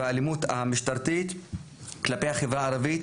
והאלימות המשטרתית כלפי החברה הערבית,